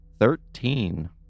Thirteen